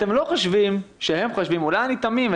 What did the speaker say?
אתם לא חושבים שהם חושבים אולי אני תמים,